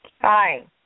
Hi